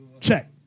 Check